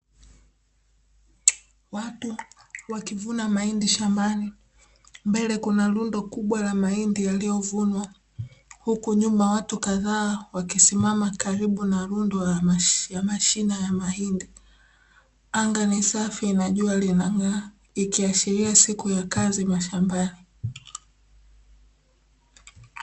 Watu wakivuna mahindi shambani mbele kuna lundo kubwa la mahindi yaliyovunwa huku nyuma watu kadhaa wakisimama karibu na lundo la mashina ya mahindi anga ni safi na jua linang'aa ikiashiria siku ya kazi mashambani.